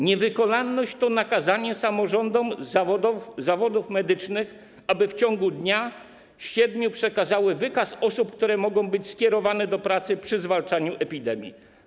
Niewykonalność to nakazanie samorządom zawodów medycznych, aby w ciągu dnia, 7 dni przekazały wykaz osób, które mogą być skierowane do pracy przy zwalczaniu epidemii.